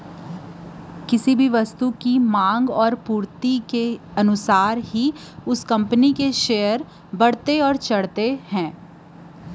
कोनो भी जिनिस के मांग अउ पूरति के हिसाब ले कोनो कंपनी के सेयर ह बड़थे अउ चढ़थे